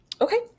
Okay